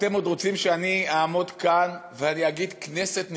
אתם עוד רוצים שאני אעמוד כאן ואני אגיד "כנסת נכבדה"?